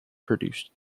produced